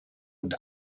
und